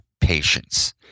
patience